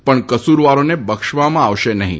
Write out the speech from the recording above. પણ કસૂરવારોને બક્ષવામાં આવશે નહીં